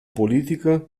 politică